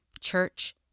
church